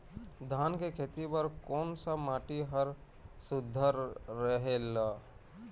धान के खेती बर कोन सा माटी हर सुघ्घर रहेल?